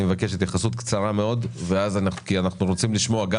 אני מבקש התייחסות קצרה מאוד כי אנחנו רוצים לשמוע גם